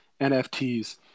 NFTs